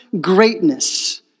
greatness